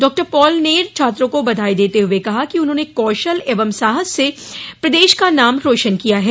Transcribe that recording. डॉ पॉल ने छात्रों को बधाई देते हए कहा कि उन्होंने कौशल एवं साहस से प्रदेश का नाम रोशन किया है